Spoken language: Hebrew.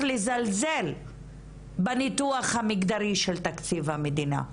לזלזל בניתוח המגדרי של תקציב המדינה,